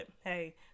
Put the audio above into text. Hey